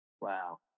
Wow